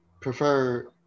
prefer